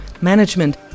management